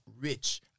rich